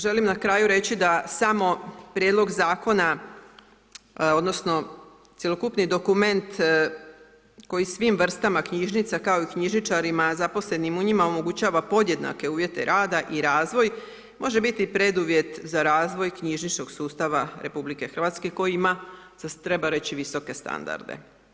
Želim na kraju reći da samo Prijedlog Zakona odnosno cjelokupni dokument koji svim vrstama knjižnica, kao i knjižničarima, zaposlenim u njima omogućava podjednake uvjete rada i razvoj, može biti preduvjet za razvoj knjižničnog sustava RH koji ima treba reći, visoke standarde.